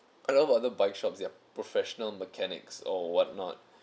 a lot of other bike shops their professional mechanics or what not